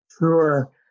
Sure